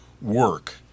work